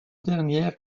dernière